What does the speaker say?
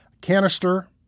canister